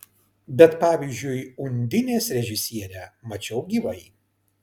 bet pavyzdžiui undinės režisierę mačiau gyvai